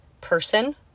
person